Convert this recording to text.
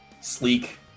sleek